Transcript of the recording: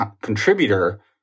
contributor